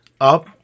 up